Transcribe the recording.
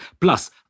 Plus